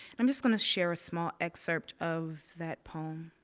i'm just gonna share a small excerpt of that poem.